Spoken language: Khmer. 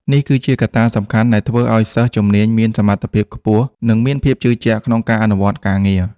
នេះគឺជាកត្តាសំខាន់ដែលធ្វើឱ្យសិស្សជំនាញមានសមត្ថភាពខ្ពស់និងមានភាពជឿជាក់ក្នុងការអនុវត្តការងារ។